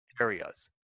areas